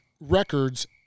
records